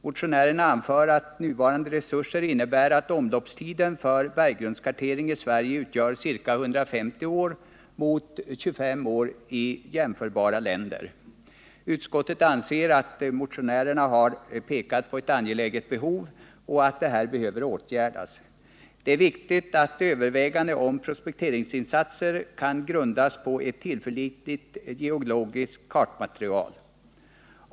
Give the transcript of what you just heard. Motionärerna anför att nuvarande resurser innebär att omloppstiden för berggrundskartering i Sverige utgör ca 150 år mot ca 25 år i jämförbara länder. Utskottet anser att motionärerna har pekat på ett angeläget behov och att detta behöver åtgärdas. Det är viktigt att överväganden om prospekteringsinsatser kan grundas på ett tillförlitligt geologiskt kartmaterial.